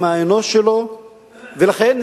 ממשלות קודמות.